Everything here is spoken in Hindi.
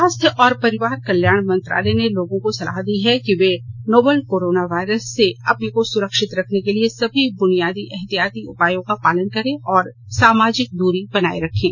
स्वास्थ्य और परिवार कल्याण मंत्रालय ने लोगों को सलाह दी है कि वे नोवल कोरोना वायरस से अपने को सुरक्षित रखने के लिए सभी बुनियादी एहतियाती उपायों का पालन करें और सामाजिक दूरी बनाए रखें